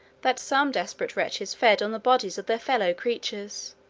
that some desperate wretches fed on the bodies of their fellow-creatures,